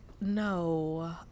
No